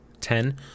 Ten